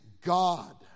God